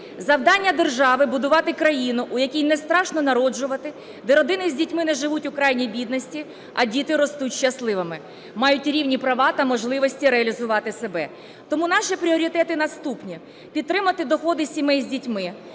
Завдання держави - будувати країну, в якій не страшно народжувати, де родини з дітьми не живуть у крайній бідності, а діти ростуть щасливими, мають рівні права та можливості реалізувати себе. Тому наші пріоритети наступні: підтримати доходи сімей з дітьми,